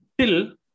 till